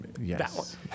yes